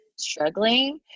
struggling